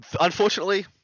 Unfortunately